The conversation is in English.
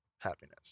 happiness